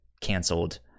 canceled